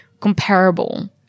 comparable